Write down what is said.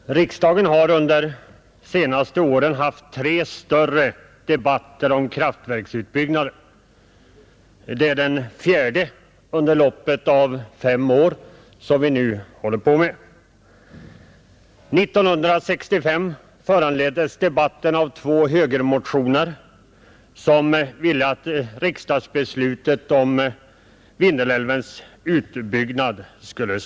Herr talman! Riksdagen har under de senaste åren haft tre större debatter om kraftverksutbyggnader; det är den fjärde under loppet av fem år som vi nu håller på med. År 1965 föranleddes debatten av två högermotioner som ville att riksdagen skulle besluta säga nej till planerna på Vindelälvens utbyggnad.